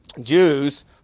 Jews